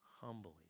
Humbly